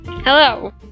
Hello